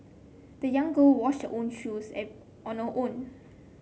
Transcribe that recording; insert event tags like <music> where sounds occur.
the young girl washed her own shoes <unintelligible> on her own